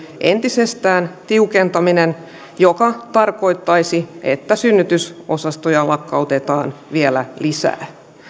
tiukentaminen entisestään joka tarkoittaisi että synnytysosastoja lakkautetaan vielä lisää